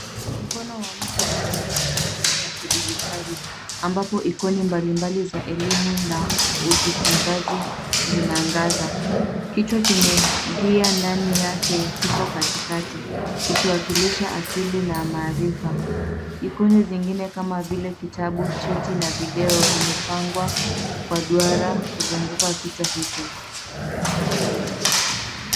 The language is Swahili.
Mkono wa mtu unaguza skrini ya kidijitali ambapo ikoni mbalimbali za elimu na ujifunzaji zinaangaza. Kichwa chenye gia ndani yake kiko katikati kikiwakilisha akili na maarifa. Ikoni zingine kama vile kitabu, cheti na video vimepangwa kwa duara kuzunguka kichwa hicho.